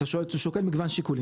אתה שוקל מגוון שיקולים,